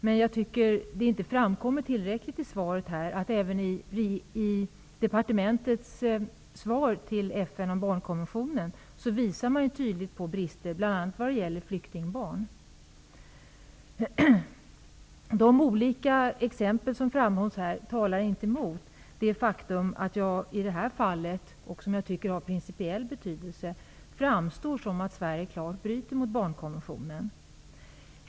Men jag anser att det inte framgår tillräckligt klart i svaret att man i departementets svar till FN om barnkonventionen tydligt visar på brister bl.a. när det gäller flyktingbarn. De olika exempel som här framhålls talar inte emot det faktum att det i detta fall, som jag tycker har principiell betydelse, framstår som att Sverige bryter mot barnkonventionen.